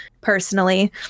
personally